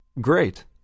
Great